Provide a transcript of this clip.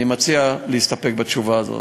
אני מציע להסתפק בתשובה הזאת.